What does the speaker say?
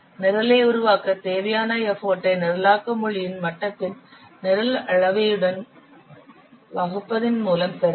நிரலை உருவாக்கத் தேவையான எஃபர்ட் ஐ நிரலாக்க மொழியின் மட்டத்தின் நிரல் அளவையுடன் வகுப்பதன் மூலம் பெறலாம்